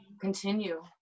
continue